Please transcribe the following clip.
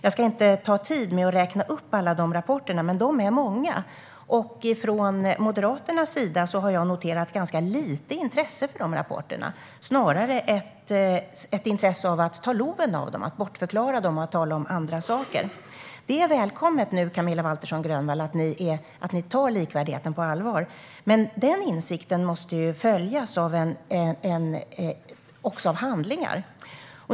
Jag ska inte ta tid med att räkna upp alla rapporter, men de är många. Från Moderaternas sida har jag noterat ett ganska litet intresse för rapporterna, snarare ett intresse av att ta loven av dem, att bortförklara dem och tala om andra saker. Det är välkommet, Camilla Waltersson Grönvall, att ni nu tar likvärdigheten på allvar, men den insikten måste ju också följas av handlingar.